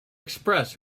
express